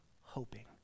hoping